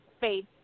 faith